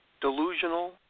delusional